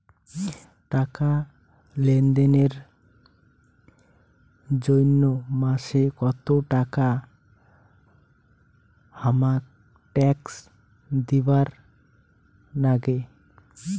টাকা লেনদেন এর জইন্যে মাসে কত টাকা হামাক ট্যাক্স দিবার নাগে?